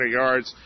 yards